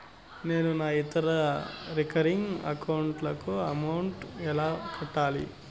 నేను నా ఇతర రికరింగ్ అకౌంట్ లకు అమౌంట్ ఎలా కట్టాలి?